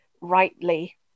rightly